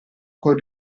con